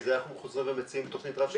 בגלל זה אנחנו חוזרים ומציעים תוכנית רב-שנתית.